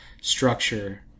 structure